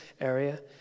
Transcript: area